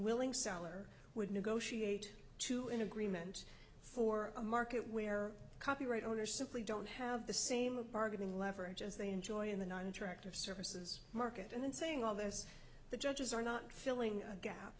willing seller would negotiate to an agreement for a market where copyright owners simply don't have the same bargaining leverage as they enjoy in the one interactive services market and then saying all this the judges are not filling a gap